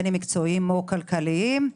מקצועיים או כלכליים,